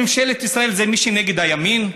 האם נגד ממשלת ישראל זה מי שנגד הימין?